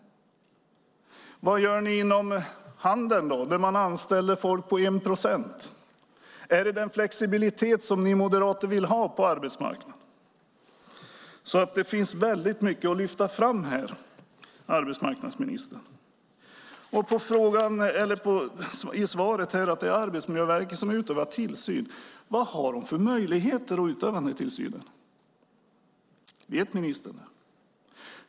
Vad gör ni inom handeln där man anställer folk på 1 procent? Är det den flexibilitet som ni moderater vill ha på arbetsmarknaden? Det finns mycket att lyfta fram, arbetsmarknadsministern. I svaret står att det är Arbetsmiljöverket som utövar tillsynen. Vad har man för möjlighet att utöva denna tillsyn? Vet ministern det?